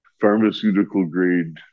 pharmaceutical-grade